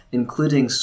including